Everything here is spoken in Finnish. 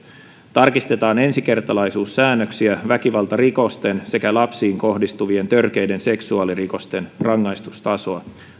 tarkistetaan ensikertalaisuussäännöksiä väkivaltarikosten sekä lapsiin kohdistuvien törkeiden seksuaalirikosten rangaistustasoa